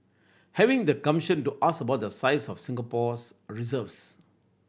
having the gumption to ask about the size of Singapore's reserves